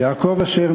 יעקב אשר,